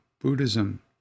Buddhism